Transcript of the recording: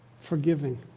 forgiving